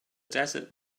desert